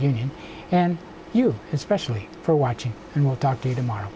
union and you especially for watching and we'll talk to you tomorrow